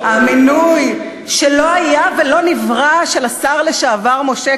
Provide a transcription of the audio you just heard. המינוי שלא היה ולא נברא של השר לשעבר משה